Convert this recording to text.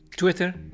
Twitter